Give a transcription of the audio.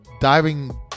diving